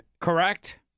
Correct